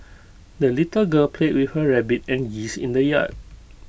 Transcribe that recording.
the little girl played with her rabbit and geese in the yard